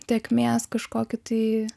tėkmės kažkokį tai